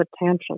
attention